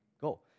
go